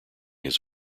his